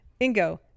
Ingo